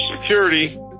security